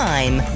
Time